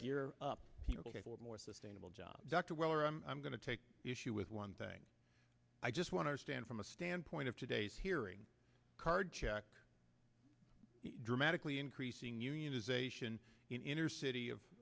gear up to more sustainable job dr weller i'm going to take issue with one thing i just want to stand from a stand point of today's hearing card check dramatically increasing unionization in inner city of